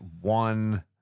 One